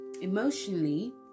emotionally